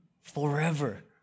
forever